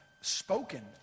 spoken